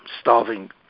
starving